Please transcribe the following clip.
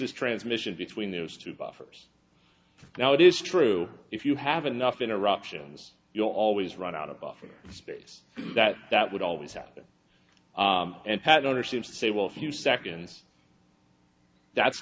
es transmission between those two buffers now it is true if you have enough interruptions you'll always run out of buffer space that that would always happen and has ownership say well few seconds that's